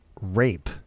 rape